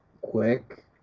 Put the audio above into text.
quick